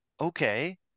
okay